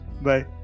bye